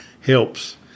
helps